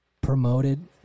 promoted